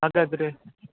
ಹಾಗಾದರೆ